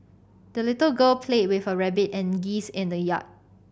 the little girl played with her rabbit and geese in the yard